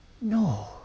No